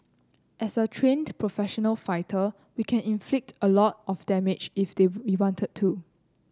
as a trained professional fighter we can inflict a lot of damage if they wanted to